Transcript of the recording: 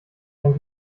dann